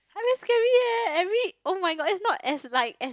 !huh! very scary eh every oh-my-god it's not as like as